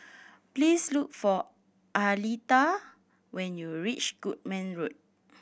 please look for Aleta when you reach Goodman Road